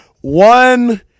One